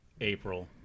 April